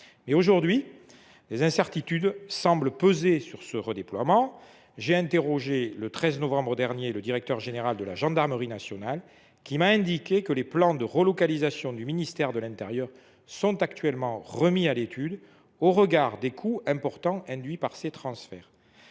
Or des incertitudes semblent désormais peser sur ce redéploiement. J’ai interrogé, le 13 novembre dernier, le directeur général de la gendarmerie nationale : il m’a indiqué que les plans de relocalisation du ministère de l’intérieur sont actuellement remis à l’étude, au regard des coûts importants induits par ces transferts.